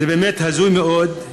זה באמת הזוי מאוד,